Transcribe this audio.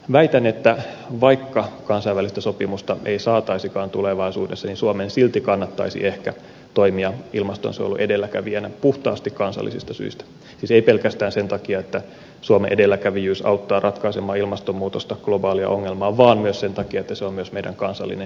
väitän että vaikka kansainvälistä sopimusta ei saataisikaan tulevaisuudessa niin suomen silti kannattaisi ehkä toimia ilmastonsuojelun edelläkävijänä puhtaasti kansallisista syistä siis ei pelkästään sen takia että suomen edelläkävijyys auttaa ratkaisemaan ilmastonmuutosta globaalia ongelmaa vaan myös sen takia että se on myös meidän kansallinen itsekäs etumme